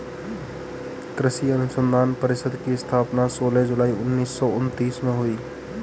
कृषि अनुसंधान परिषद की स्थापना सोलह जुलाई उन्नीस सौ उनत्तीस में हुई